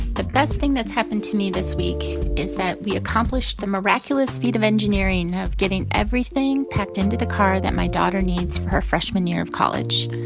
the best thing that's happened to me this week is that we accomplished the miraculous feat of engineering of getting everything packed into the car that my daughter needs her freshman year of college.